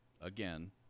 again